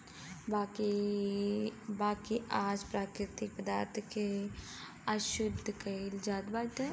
बाकी आज प्राकृतिक पदार्थ के अशुद्ध कइल जात बाटे